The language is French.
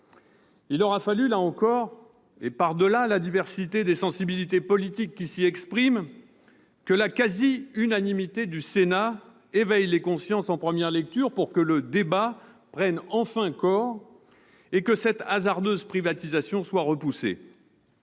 Il aura fallu là encore, et par-delà la diversité des sensibilités politiques qui s'y expriment, que la quasi-unanimité du Sénat éveille les consciences en première lecture pour que le débat prenne enfin corps et que cette hasardeuse privatisation soit repoussée.